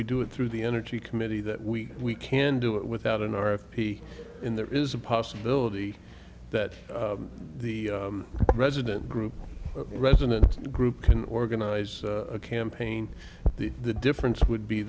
we do it through the energy committee that we can do it without an r f p in there is a possibility that the president group resident group can organize a campaign that the difference would be